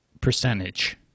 percentage